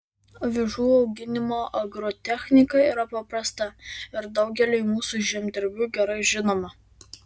avižų auginimo agrotechnika yra paprasta ir daugeliui mūsų žemdirbių gerai žinoma